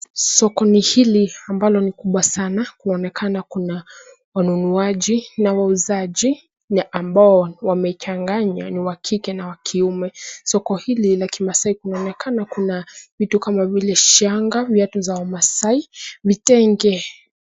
Sokoni hili ambalo ni kubwa sana kunaonekana kuna wanunuaji na wauzaji na ambao wamechanganya, ni wa kike na kiume. Soko hili ni la kimasai. Inaonekana kuna vitu kama vile shanga, viatu vya wamaasai, vitenge.